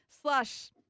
slash